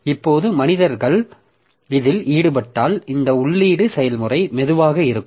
இப்போது மனிதர்கள் இதில் ஈடுபட்டால் இந்த உள்ளீட்டு செயல்முறை மெதுவாக இருக்கும்